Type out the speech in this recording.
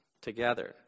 together